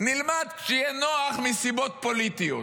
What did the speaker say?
נלמד כשיהיה נוח מסיבות פוליטיות.